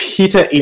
Peter